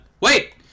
wait